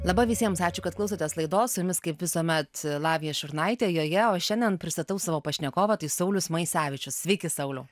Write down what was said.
laba visiems ačiū kad klausotės laidos su jumis kaip visuomet lavija šurnaitė joje o šiandien pristatau savo pašnekovą tai saulius maisevičius sveiki sauliau